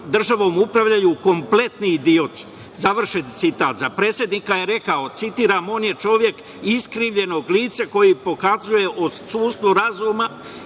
državom upravljaju kompletni idioti, završen citat. Za predsednika je rekao, citiram – on je čovek iskrivljenog lica koji pokazuje odsustvo razuma